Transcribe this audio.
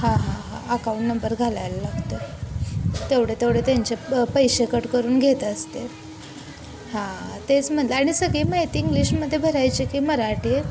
हां हां हां अकाऊंट नंबर घालायला लागतो आहे तेवढं तेवढं त्यांचे प पैसे कट करून घेत असतील हां तेच म्हणलं आणि सगळी माहिती इंग्लिशमध्ये भरायची की मराठी आहे